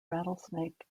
rattlesnake